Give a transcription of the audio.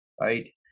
right